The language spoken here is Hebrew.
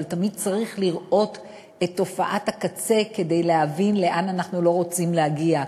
אבל תמיד צריך לראות את תופעת הקצה כדי להבין לאן אנחנו לא רוצים להגיע.